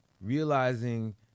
realizing